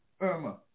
irma